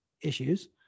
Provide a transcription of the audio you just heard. issues